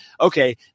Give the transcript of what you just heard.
Okay